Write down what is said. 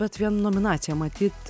bet vien nominacija matyt